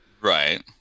Right